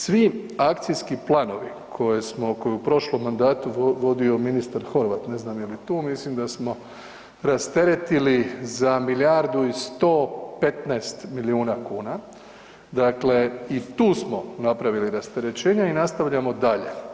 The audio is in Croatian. Svi akcijski planovi koje je u prošlom mandatu vodio ministar Horvat, ne znam je li tu, mislim da smo rasteretili za milijardu i 115 milijuna kuna, dakle i tu smo napravili rasterećenje i nastavljamo dalje.